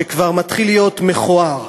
שכבר מתחיל להיות מכוער,